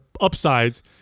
upsides